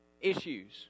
issues